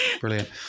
Brilliant